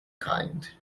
kind